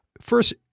First